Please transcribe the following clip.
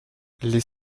les